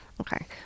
Okay